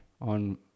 on